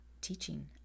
teaching